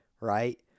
right